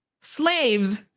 Slaves